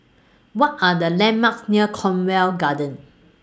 What Are The landmarks near Cornwall Gardens